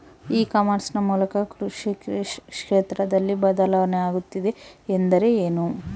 E commerce ನ ಮೂಲಕ ಕೃಷಿ ಕ್ಷೇತ್ರದಲ್ಲಿ ಬದಲಾವಣೆ ಆಗುತ್ತಿದೆ ಎಂದರೆ ಏನು?